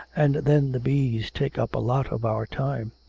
and then the bees take up a lot of our time.